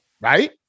right